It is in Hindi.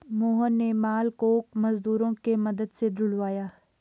मोहन ने माल को मजदूरों के मदद से ढूलवाया